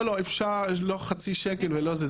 לא חצי שקל.